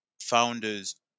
founders